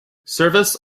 service